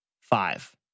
Five